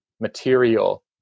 material